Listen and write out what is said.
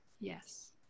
Yes